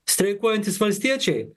streikuojantys valstiečiai